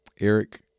Eric